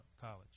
college